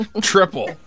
Triple